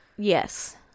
Yes